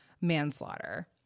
manslaughter